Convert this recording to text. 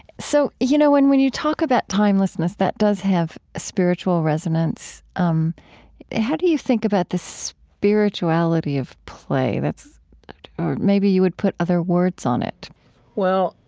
so, you know, when when you talk about timelessness that does have a spiritual resonance. um how do you think about the so spirituality of play that's maybe you would put other words on it well,